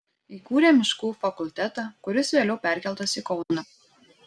įkūrė miškų fakultetą kuris vėliau perkeltas į kauną